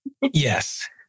Yes